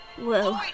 Whoa